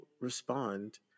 respond